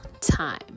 time